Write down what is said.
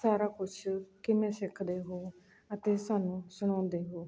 ਸਾਰਾ ਕੁਛ ਕਿਵੇਂ ਸਿੱਖਦੇ ਹੋ ਅਤੇ ਸਾਨੂੰ ਸੁਣਾਉਂਦੇ ਹੋ